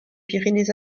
pyrénées